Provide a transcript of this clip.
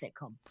sitcom